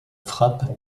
frappe